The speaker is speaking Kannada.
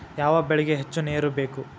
ಯಾವ ಬೆಳಿಗೆ ಹೆಚ್ಚು ನೇರು ಬೇಕು?